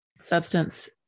substance